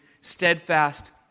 steadfast